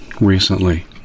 recently